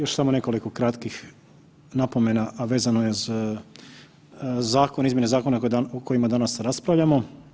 Još samo nekoliko kratkih napomena, a vezano je za zakon i izmjene zakona o kojima danas raspravljamo.